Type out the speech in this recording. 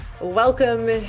Welcome